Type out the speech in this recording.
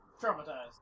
Traumatized